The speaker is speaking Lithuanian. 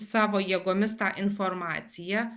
savo jėgomis tą informaciją